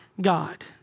God